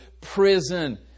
prison